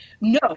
No